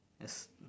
as